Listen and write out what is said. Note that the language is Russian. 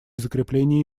закреплении